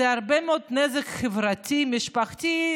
זה הרבה מאוד נזק חברתי, משפחתי.